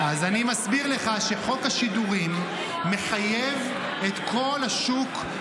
אז אני מסביר לך שחוק השידורים מחייב את כל השוק,